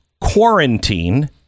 quarantine